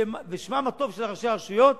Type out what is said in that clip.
ובשמם הטוב של ראשי הרשויות,